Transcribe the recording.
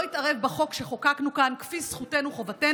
יתערב בחוק שחוקקנו כאן כפי זכותנו-חובתנו.